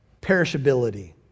Perishability